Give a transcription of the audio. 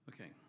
Okay